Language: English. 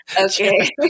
Okay